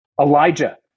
Elijah